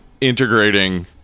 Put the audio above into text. integrating